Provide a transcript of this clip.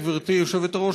גברתי היושבת-ראש,